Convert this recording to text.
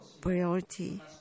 priority